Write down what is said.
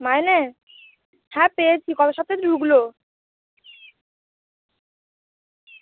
মাইনে হ্যাঁ পেয়েছি গত সপ্তাহে তো ঢুকলো